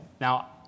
Now